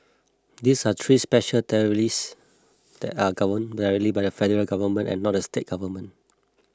these are three special territories that are governed directly by the Federal Government and not the state government